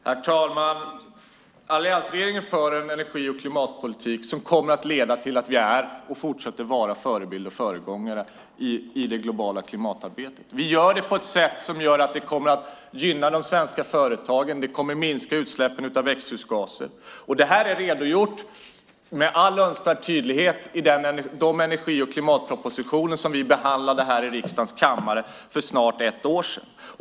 Herr talman! Alliansregeringen för en energi och klimatpolitik som kommer att leda till att vi är och fortsätter att vara förebilder och föregångare i det globala klimatarbetet. Vi gör det på ett sätt som kommer att gynna de svenska företagen och som kommer att minska utsläppen av växthusgaser. Detta har man redogjort för med all önskvärd tydlighet i de energi och klimatpropositioner som vi behandlade i riksdagens kammare för snart ett år sedan.